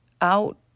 out